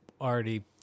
already